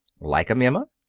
like em, emma?